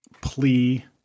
plea